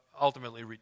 ultimately